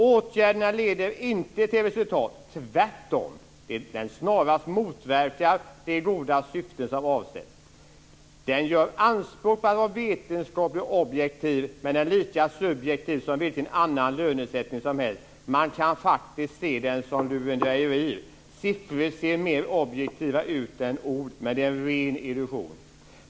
- åtgärden inte leder till resultat. Tvärtom, den snarast motverkar de goda syften som avses. Den gör anspråk på att vara vetenskaplig och objektiv - men är lika subjektiv som vilken annan lönesättning som helst. Man kan faktiskt se den som lurendrejeri: siffror ser mer objektiva ut än ord, men det är ren illusion.